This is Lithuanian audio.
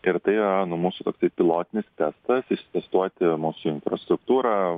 ir tai yra nu mūsų toksai pilotinis testas ištestuoti mūsų infrastruktūrą